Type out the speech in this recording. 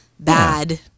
Bad